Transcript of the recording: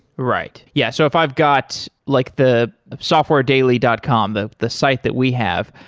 right. yes. so if i've got like the softwaredaily dot com, the the site that we have,